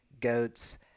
goats